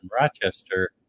Rochester